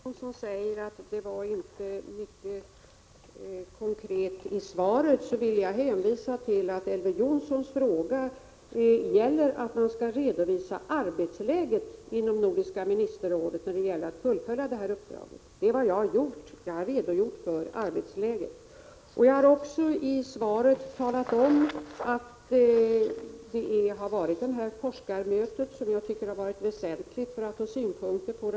Herr talman! Elver Jonsson säger att det inte var mycket konkret i svaret. Jag vill då hänvisa till att Elver Jonssons fråga gäller att man skall redovisa arbetsläget i Nordiska ministerrådet i fråga om det här uppdraget. Det är vad jag har gjort. Jag har redogjort för arbetsläget. Jag har också i svaret talat om att det har varit ett forskarmöte, som jag tycker har varit väsentligt för att få in synpunkter.